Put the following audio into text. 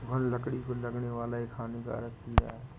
घून लकड़ी को लगने वाला एक हानिकारक कीड़ा है